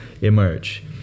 emerge